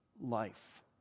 life